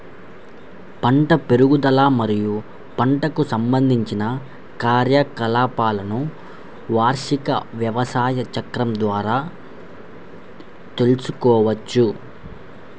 పంట పెరుగుదల మరియు పంటకు సంబంధించిన కార్యకలాపాలను వార్షిక వ్యవసాయ చక్రం ద్వారా తెల్సుకోవచ్చు